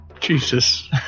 Jesus